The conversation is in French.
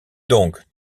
donc